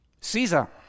Caesar